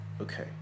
okay